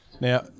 Now